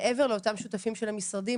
מעבר לאותם שותפים של המשרדים,